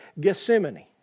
Gethsemane